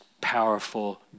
powerful